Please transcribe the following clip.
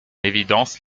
évidence